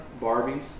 Barbies